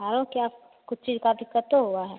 और क्या कुछ चीज का दिक्कत है हुआ है